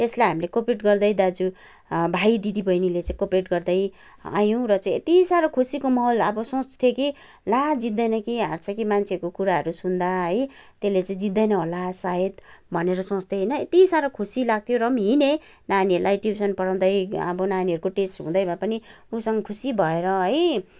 त्यसलाई हामीले कोअपरेट गर्दै दाजु भाइ दिदी बहिनीले चाहिँ कोअपरेट गर्दै आयौँ र चाहिँ यति साह्रो खुसीको माहौल अब सोच्थेँ कि ला जित्दैन कि हार्छ कि मान्छेहरूको कुराहरू सुन्दा है त्यसले चाहिँ जित्दैन होला सायद भनेर सोच्थेँ होइन यति साह्रो खुसी लाग्थ्यो र पनि हिँडेँ नानीहरूलाई ट्युसन पढाउँदै अब नानीहरूको टेस्ट हुँदै भए पनि उसँग खुसी भएर है